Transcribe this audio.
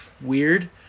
weird